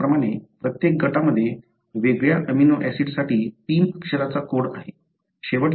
त्याचप्रमाणे प्रत्येक गटामध्ये वेगळ्या अमीनो ऍसिडसाठी तीन अक्षरचा कोड आहे